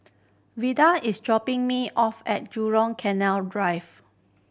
Vidal is dropping me off at Jurong Canal Drive